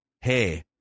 Hey